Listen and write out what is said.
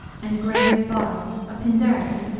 and gray's bard, a pindaric,